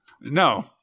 No